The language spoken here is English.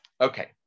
Okay